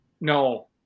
No